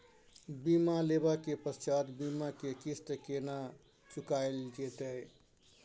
बीमा लेबा के पश्चात बीमा के किस्त केना चुकायल जेतै?